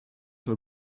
wohl